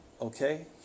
Okay